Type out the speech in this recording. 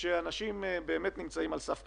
אבל צריך לזכור שיש אנשים שנמצאים על סף קריסה.